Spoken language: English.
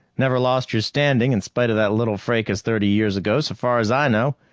never lost your standing in spite of that little fracas thirty years ago, so far as i know.